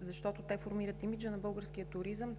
защото те формират имиджа на българския туризъм.